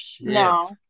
No